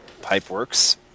Pipeworks